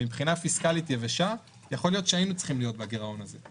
מבחינה פיסקלית יבשה יכול להיות שהיינו צריכים להיות בגירעון הזה.